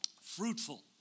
Fruitful